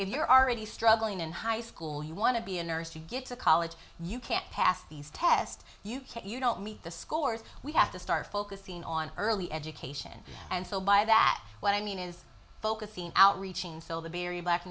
if you're already struggling in high school you want to be a nurse you get to college you can't pass these tests you can't you don't meet the scores we have to start focusing on early education and so by that what i mean is focusing outreaching so the very black